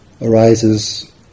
arises